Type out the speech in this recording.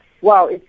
wow